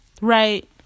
right